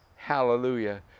Hallelujah